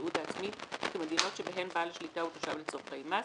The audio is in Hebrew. בתיעוד העצמי כמדינות שבהן בעל השליטה הוא תושב לצרכי מס,